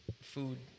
food